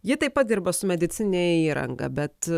ji taip pat dirba su medicinine įranga bet